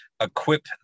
equip